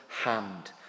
hand